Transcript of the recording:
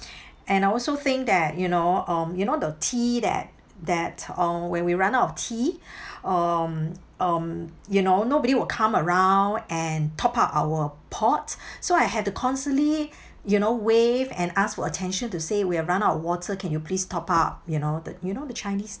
and I also think that you know um you know the tea that that uh when we run out of tea um um you know nobody will come around and top up our pot so I had to constantly you know wave and ask for attention to say we have run out of water can you please top up you know the you know the chinese